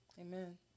Amen